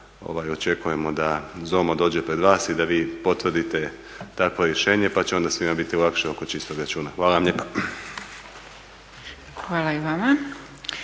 očekujemo da dođe pred vas i da vi potvrdite takvo rješenje pa će onda svima biti lakše oko čistog računa. Hvala vam lijepa. **Zgrebec,